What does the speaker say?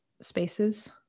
spaces